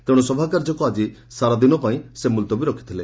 ତେଣୁ ସଭାକାର୍ଯ୍ୟକୁ ଆକ୍ଟି ସାରା ଦିନ ପାଇଁ ସେ ମୁଲତବୀ ରଖିଥିଲେ